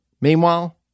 Meanwhile